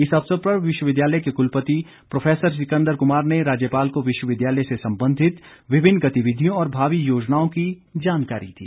इस अवसर पर विश्वविद्यालय के कुलपति प्रोफैसर सिकन्दर कुमार ने राज्यपाल को विश्वविद्यालय से संबंधित विभिन्न गतिविधियों और भावी योजनाओं की जानकारी दी